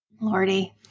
Lordy